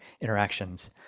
interactions